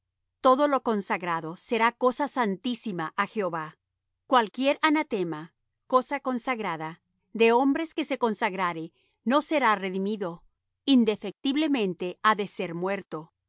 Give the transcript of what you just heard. todo lo consagrado será cosa santísima á jehová cualquier anatema cosa consagrada de hombres que se consagrare no será redimido indefectiblemente ha de ser muerto y